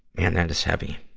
man, that is heavy.